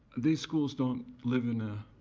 these schools don't live in ah